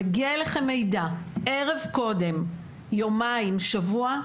מגיע אליכם מידע ערב קודם יומיים שבוע,